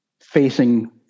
facing